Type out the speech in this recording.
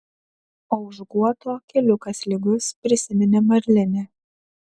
o už guoto keliukas lygus prisiminė marlinė